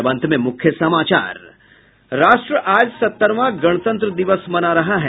और अब अंत में मुख्य समाचार राष्ट्र आज सत्तरवां गणतंत्र दिवस मना रहा है